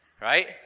right